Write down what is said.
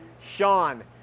Sean